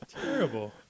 Terrible